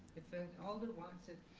if an alder wants it.